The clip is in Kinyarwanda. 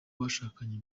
bashakanye